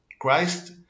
Christ